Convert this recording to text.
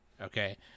Okay